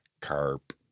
Carp